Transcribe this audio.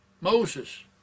Moses